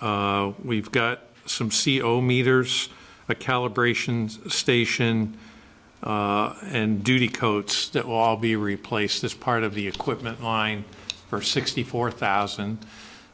one we've got some c o meters a calibration station and duty coats that will all be replaced this part of the equipment mine for sixty four thousand